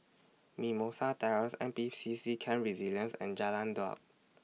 Mimosa Terrace N P C C Camp Resilience and Jalan Daud